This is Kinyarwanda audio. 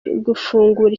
gufungura